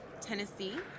Tennessee